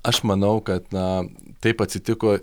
aš manau kad na taip atsitiko